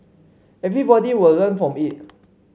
everybody will learn from it